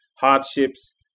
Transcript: hardships